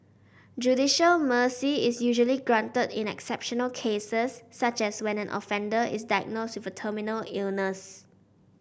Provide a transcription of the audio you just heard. judicial mercy is usually granted in exceptional cases such as when an offender is diagnosed with a terminal illness